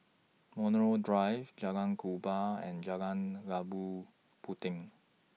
Montreal Drive Jalan Kubor and Jalan Labu Puteh